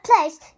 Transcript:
place